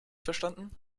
verstanden